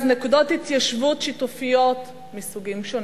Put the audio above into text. נקודות התיישבות שיתופיות מסוגים שונים.